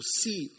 see